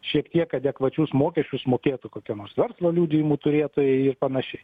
šiek tiek adekvačius mokesčius mokėtų kokio nors verslo liudijimų turėtojai ir panašiai